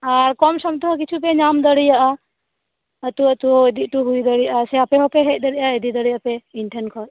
ᱟᱨ ᱠᱚᱢᱥᱚᱢ ᱛᱮᱦᱚᱸ ᱠᱤᱪᱷᱩ ᱯᱮ ᱧᱟᱢ ᱫᱟᱲᱮᱭᱟᱜᱼᱟ ᱟᱹᱛᱩ ᱟᱹᱛᱩ ᱤᱫᱤ ᱦᱚᱴᱚ ᱦᱳᱭ ᱫᱟᱲᱮᱭᱟᱜᱼᱟ ᱥᱮ ᱟᱯᱮ ᱦᱚᱯᱮ ᱦᱮᱡ ᱫᱟᱲᱮᱭᱟᱜᱼᱟ ᱤᱫᱤ ᱫᱟᱲᱮᱭᱟᱜ ᱯᱮ ᱤᱧ ᱴᱷᱮᱱ ᱠᱷᱚᱱ